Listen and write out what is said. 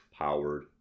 powered